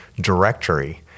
directory